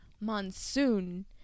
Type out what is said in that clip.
monsoon